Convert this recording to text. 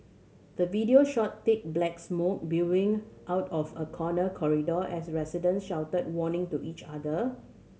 the video showed thick black smoke billowing out of a corner corridor as residents shouted warning to each other